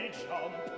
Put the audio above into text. jump